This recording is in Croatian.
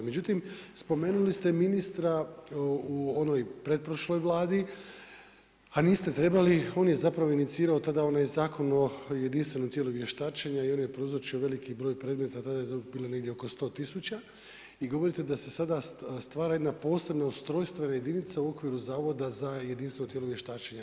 Međutim, spomenuli ste ministra u onoj pretprošloj vladi, a niste trebali, ona je inicirao tada onaj Zakon o jedinstvenom tijelu vještačenja i on je prouzročio veliki broj predmeta, tada je to bilo negdje oko 100 tisuća i govorite da se sada stvara jedna posebna ustrojstvena jedinica u okviru Zavoda za jedinstveno tijelo vještačenja.